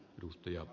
sanoimme